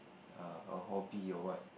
err a hobby or what